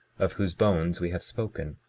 of whose bones we have spoken,